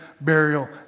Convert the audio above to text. burial